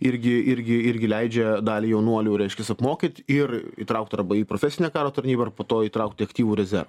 irgi irgi irgi leidžia dalį jaunuolių reiškias apmokyt ir įtraukt arba į profesinę karo tarnybą ar po to įtraukti į aktyvų rezervą